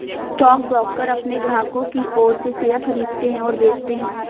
stockbroker अपने ग्राहकों की ओर से शेयर खरीदते हैं और बेचते हैं